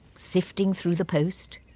sifting through the post.